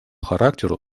характеру